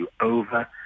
over